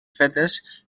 fetes